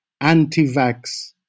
anti-vax